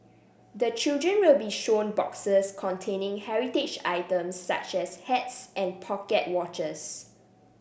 the children will be shown boxes containing heritage items such as hats and pocket watches